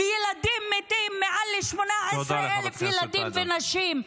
ילדים מתים, מעל 18,000 ילדים ונשים.